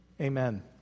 Amen